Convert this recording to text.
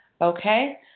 Okay